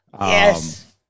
Yes